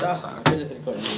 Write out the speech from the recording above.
tak ah aku just record jer